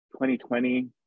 2020